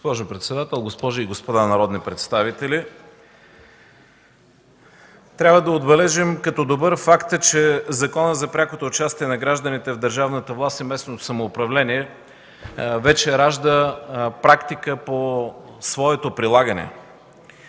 Госпожо председател, госпожи и господа народни представители! Трябва да отбележим като добър факт, че Законът за прякото участие на гражданите в държавната власт и местното самоуправление вече ражда практика по своето прилагане.